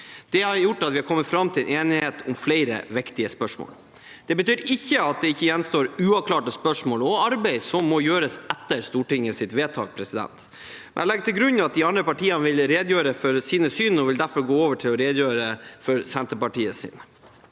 Det har gjort at vi har kommet fram til enighet om flere viktige spørsmål. Det betyr ikke at det ikke gjenstår uavklarte spørsmål og arbeid som må gjøres etter Stortingets vedtak. Jeg legger til grunn at de andre partiene vil redegjøre for sine syn, og vil derfor gå over til å redegjøre for Senterpartiets.